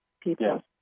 people